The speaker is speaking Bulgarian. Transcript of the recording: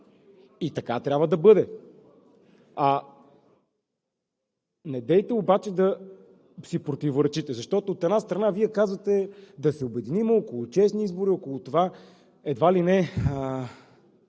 и така трябва да бъде. Недейте обаче да си противоречите, защото, от една страна, Вие казвате да се обединим около честни избори, около това едва ли не